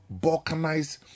balkanize